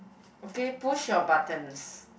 okay push your buttons